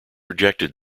rejected